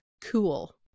Cool